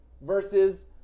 versus